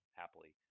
happily